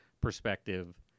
perspective